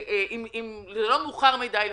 וזה לא מאוחר מדי,